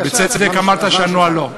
ובצדק אמרת שהנוהל, לא.